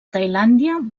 tailàndia